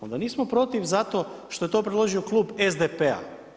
Onda nismo protiv zato što je to preložio Klub SDP-a.